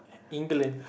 England